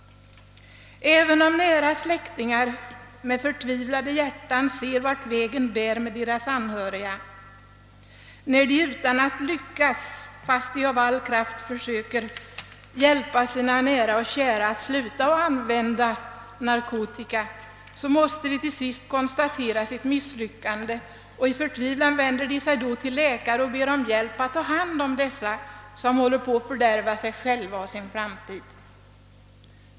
Även om nära släk tingar med förtvivlan i hjärtat ser vart vägen bär med en anhörig, när de utan att lyckas — fastän de försökt av all kraft — att få sina nära och kära att sluta att använda narkotika, måste de till sist konstatera sitt misslyckande. I förtvivlan vänder de sig då till läkaren och ber honom ta hand om de sjuka, som håller på att förstöra sig själva och sin framtid.